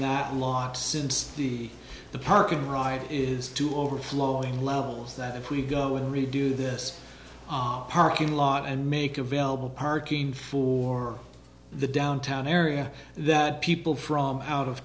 that lot since the the parking right is to overflowing levels that if we go and redo this parking lot and make available parking for the downtown area that people from out of